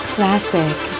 Classic